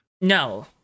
No